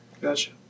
Gotcha